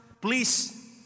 please